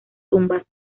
tumbas